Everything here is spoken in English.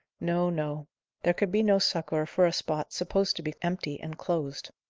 no, no there could be no succour for a spot supposed to be empty and closed.